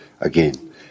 again